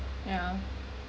yeah